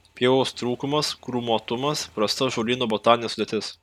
pievos trūkumas krūmuotumas prasta žolyno botaninė sudėtis